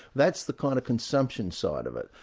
that's the kind of consumption side of it.